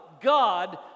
God